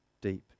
deep